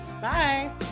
Bye